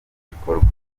gikorwa